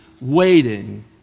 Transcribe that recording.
waiting